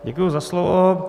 Děkuji za slovo.